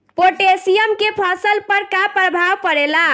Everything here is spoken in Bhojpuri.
पोटेशियम के फसल पर का प्रभाव पड़ेला?